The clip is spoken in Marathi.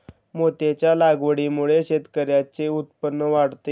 मोत्यांच्या लागवडीमुळे शेतकऱ्यांचे उत्पन्न वाढते